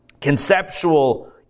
conceptual